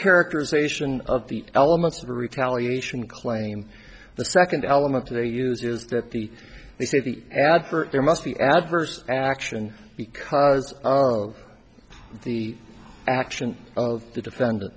characterization of the elements of the retaliation claim the second element they use is that the they say the ad for there must be adverse action because of the action of the defendant